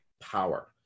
power